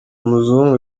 muzungu